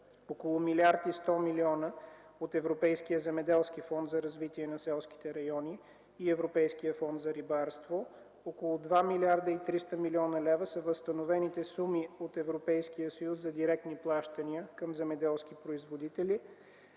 около 1 млрд. 100 млн. от Европейския земеделски фонд за развитие на селските райони и Европейския фонд за рибарство. Около 2 млрд. 300 млн. лв. са възстановените суми от Европейския съюз за директни плащания към земеделски производители,